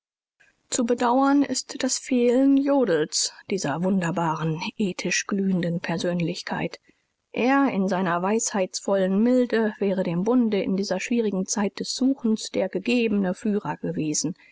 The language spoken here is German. zu bedauern ist das fehlen jodls dieser wunderbaren ethisch glühenden persönlichkeit er in seiner weisheitsvollen milde wäre dem bunde in dieser schwierigen zeit des suchens der gegebene führer gewesen